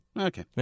okay